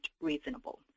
reasonable